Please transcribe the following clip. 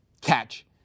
catch